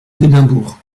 d’édimbourg